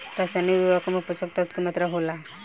रसायनिक उर्वरक में पोषक तत्व की मात्रा होला?